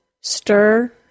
STIR